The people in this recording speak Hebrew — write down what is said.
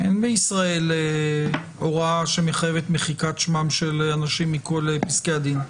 אין בישראל הוראה שמחייבת מחיקת שמם של אנשים מכל פסקי הדין,